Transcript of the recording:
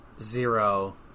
Zero